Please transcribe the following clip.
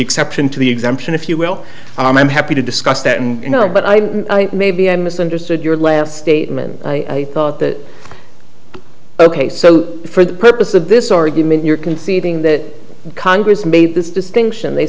exception to the exemption if you will i'm happy to discuss that and you know but i think maybe i misunderstood your last statement i thought that ok so for the purpose of this argument you're conceding that congress made this distinction they